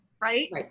right